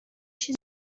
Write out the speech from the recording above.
چیزی